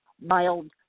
mild